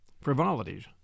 frivolities